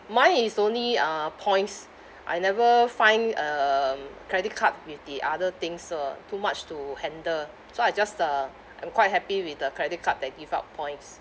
mine is only uh points I never find um credit card with the other things also ah too much to handle so I just uh I'm quite happy with the credit card that give out points